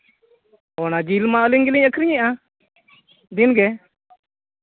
ᱚᱱᱟ ᱡᱤᱞ ᱢᱟ ᱟᱹᱞᱤᱧ ᱜᱮᱞᱤᱧ ᱟᱹᱠᱷᱨᱤᱧᱮᱫᱼᱟ ᱫᱤᱱᱜᱮ